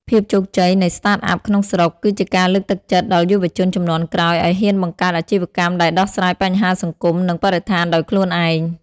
ភាពជោគជ័យនៃ Startup ក្នុងស្រុក គឺជាការលើកទឹកចិត្តដល់យុវជនជំនាន់ក្រោយឱ្យហ៊ានបង្កើតអាជីវកម្មដែលដោះស្រាយបញ្ហាសង្គម និងបរិស្ថានដោយខ្លួនឯង។